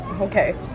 Okay